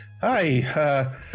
hi